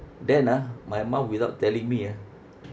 then ah my mum without telling me ah